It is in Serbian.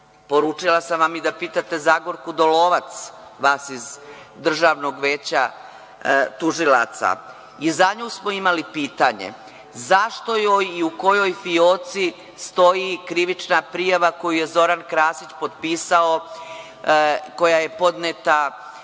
SNS?Poručila sam vam i da pitate Zagorku Dolovac, vama iz Državnog veća tužilaca, i za nju smo imali pitanje - zašto joj i u kojoj fioci stoji krivična prijava koju je Zoran Krasić potpisao, koja je podneta